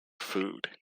food